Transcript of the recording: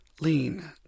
lean